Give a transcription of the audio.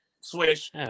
swish